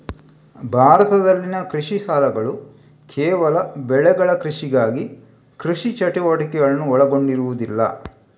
ಭಾರತದಲ್ಲಿನ ಕೃಷಿ ಸಾಲಗಳುಕೇವಲ ಬೆಳೆಗಳ ಕೃಷಿಗಾಗಿ ಕೃಷಿ ಚಟುವಟಿಕೆಗಳನ್ನು ಒಳಗೊಂಡಿರುವುದಿಲ್ಲ